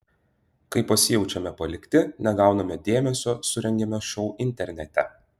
kai pasijaučiame palikti negauname dėmesio surengiame šou internete